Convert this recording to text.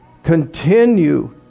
Continue